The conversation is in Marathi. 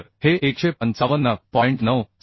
तर हे 155